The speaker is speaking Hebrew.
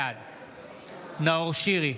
בעד נאור שירי,